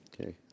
Okay